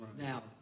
Now